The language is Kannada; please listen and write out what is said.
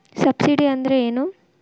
ಸಬ್ಸಿಡಿ ಅಂದ್ರೆ ಏನು?